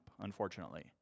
unfortunately